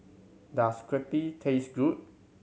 does Crepe taste good